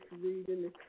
reading